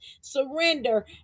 surrender